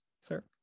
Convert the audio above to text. sir